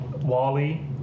Wally